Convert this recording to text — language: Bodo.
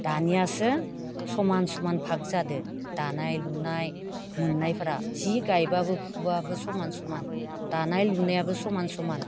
दानियासो समान समान भाग जादों दानाय लुनाय मोननायफोरा जि गायबाबो फुबाबो समान समान दानाय लुनायाबो समान समान